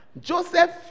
Joseph